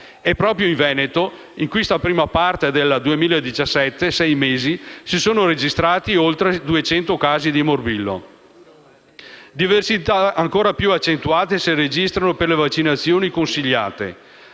e proprio in Veneto, in questa prima parte del 2017, si sono registrati oltre 200 casi di morbillo. Diversità ancora più accentuate si registrano per le vaccinazioni consigliate: